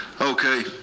Okay